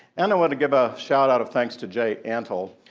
and want to give a shout out of thanks to jay antle.